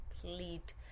complete